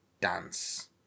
dance